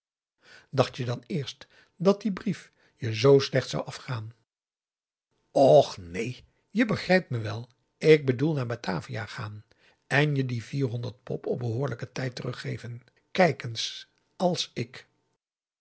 dacht je dan eerst dat die brief je zoo slecht zou afgaan p a daum de van der lindens c s onder ps maurits och neen je begrijpt me wel ik bedoel naar batavia gaan en je die vierhonderd pop op behoorlijken tijd teruggeven kijk eens als ik